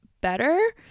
better